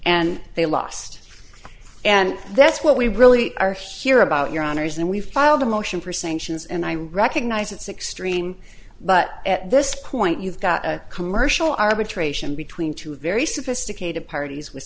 and they lost and that's what we really are here about your honour's and we filed a motion for sanctions and i recognize it's extreme but at this point you've got a commercial arbitration between two very sophisticated parties with